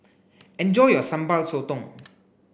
enjoy your Sambal Sotong